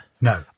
No